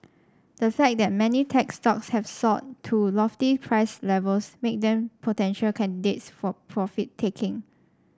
the fact that many tech stocks have soared to lofty price levels make them potential candidates for profit taking